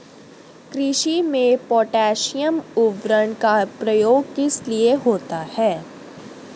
कृषि में पोटैशियम उर्वरक का प्रयोग किस लिए होता है?